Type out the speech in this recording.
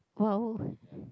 !wow!